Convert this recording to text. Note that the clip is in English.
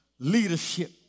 Leadership